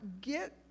get